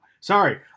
Sorry